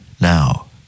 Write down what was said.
now